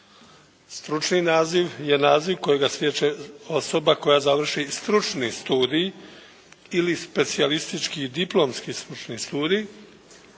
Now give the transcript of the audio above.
Stručni naziv je naziv kojega stječe osoba koja završi stručni studij ili specijalistički, diplomski stručni studij,